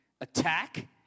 attack